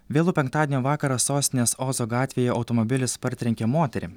vėlų penktadienio vakarą sostinės ozo gatvėje automobilis partrenkė moterį